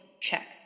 check